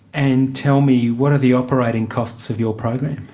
and tell me, what are the operating costs of your program?